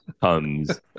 comes